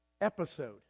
episode